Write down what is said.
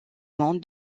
monde